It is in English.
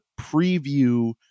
preview